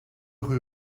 rue